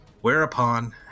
Whereupon